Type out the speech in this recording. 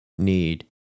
need